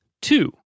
two